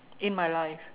in my life